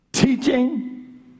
Teaching